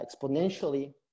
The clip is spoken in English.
exponentially